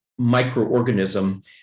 microorganism